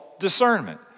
discernment